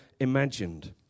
imagined